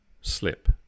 slip